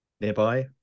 nearby